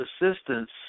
assistance